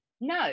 no